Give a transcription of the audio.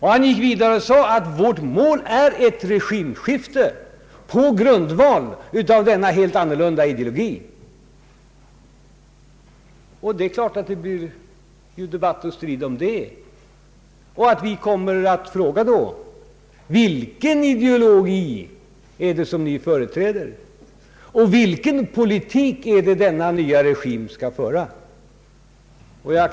Han gick vidare och sade: Vårt mål är ett regimskifte på grundval av en helt annan ideologi. Det är klart att det blir debatt och strid om detta. Vi kommer då att fråga vilken ideologi ni företräder och vilken politik denna nya regim skall föra.